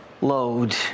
load